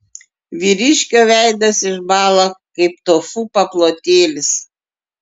vyriškio veidas išbąla kaip tofu paplotėlis